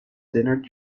dinner